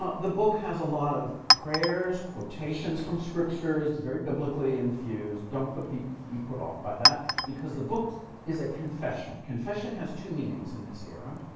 ah the book has a lot of prayers, quotations from scripture. it's very biblically infused. don't be be put off by that, because the book is a confession. confession has two meanings in this era.